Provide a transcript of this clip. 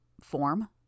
Form